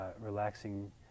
relaxing